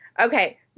Okay